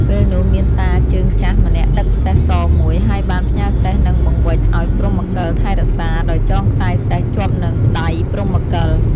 ពេលនោះ មានតាជើងចាស់ម្នាក់ដឹកសេះសមួយ ហើយបានផ្ញើសេះនិងបង្វេចឱ្យព្រហ្មកិលថែរក្សា ដោយចងខ្សែសេះជាប់នឹងដៃព្រហ្មកិល ។